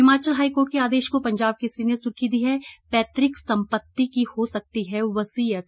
Himachal high court के आदेश को पंजाब केसरी ने सुर्खी दी है पैतृक सम्पत्ति की हो सकती है वसीयत